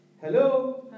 Hello